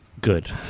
good